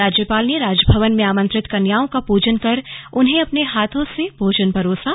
राज्यपाल ने राजभवन में आमंत्रित कन्याओं का प्रजन कर उन्हें अपने हाथों से भोजन परोसा